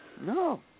No